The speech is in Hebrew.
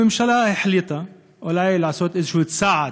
הממשלה החליטה אולי לעשות איזה צעד,